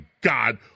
God